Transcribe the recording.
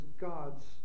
God's